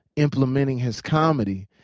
implementing his comedy.